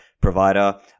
provider